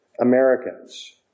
Americans